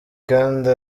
kandi